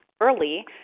early